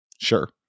Sure